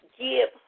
give